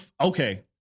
okay